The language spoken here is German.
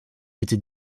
bitte